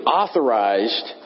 authorized